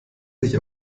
sich